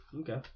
okay